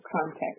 context